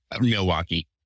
Milwaukee